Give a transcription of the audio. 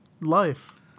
Life